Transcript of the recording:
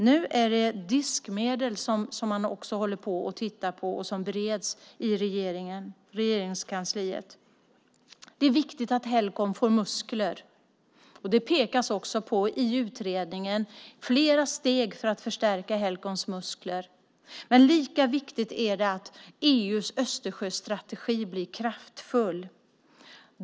Nu är det frågan om diskmedel som bereds i Regeringskansliet. Det är viktigt att Helcom får muskler. I utredningen pekas på flera steg för att förstärka Helcoms muskler. Men lika viktigt är det att EU:s Östersjöstrategi blir kraftfull.